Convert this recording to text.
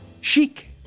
Chic